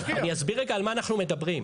אסביר על מה אנחנו מדברים.